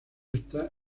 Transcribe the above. está